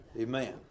Amen